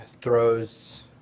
throws